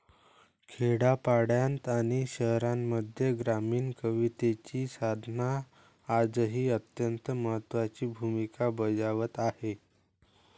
खेड्यापाड्यांत आणि शहरांमध्ये ग्रामीण कवितेची साधना आजही अत्यंत महत्त्वाची भूमिका बजावत आहे